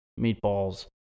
meatballs